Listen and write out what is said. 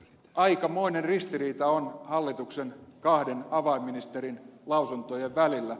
aikamoinen ristiriita on hallituksen kahden avainministerin lausuntojen välillä